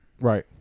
Right